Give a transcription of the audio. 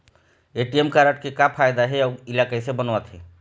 ATM card के का फायदा हे अऊ इला कैसे बनवाथे?